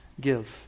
give